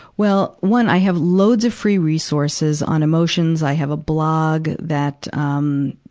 well, one i have loads of free resources on emotions. i have a blog that, um,